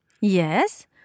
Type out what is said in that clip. Yes